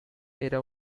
era